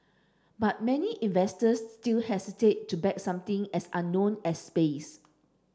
but many investors still hesitate to back something as unknown as space